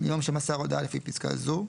מיום שמסר הודעה לפי פסקה זו,